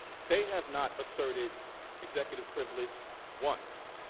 they have not asserted executive privilege once.